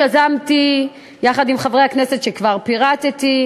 שיזמתי יחד עם חברי הכנסת שכבר פירטתי,